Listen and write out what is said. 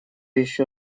еще